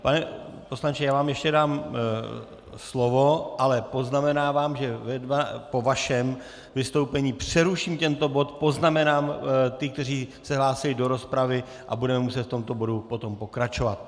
Pane poslanče, já vám ještě dám slovo, ale poznamenávám, že po vašem vystoupení přeruším tento bod, poznamenám ty, kteří se hlásili do rozpravy, a budeme potom muset v tomto bodu pokračovat.